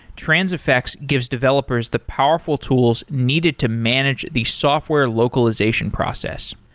transifex gives developers the powerful tools needed to manage the software localization process.